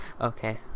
Okay